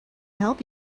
help